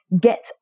get